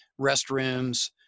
restrooms